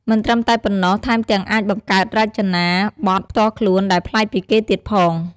មិនត្រឹមតែប៉ុណ្ណោះ ថែមទាំងអាចបង្កើតរចនាបថផ្ទាល់ខ្លួនដែលប្លែកពីគេទៀតផង។